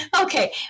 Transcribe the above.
Okay